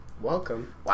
Welcome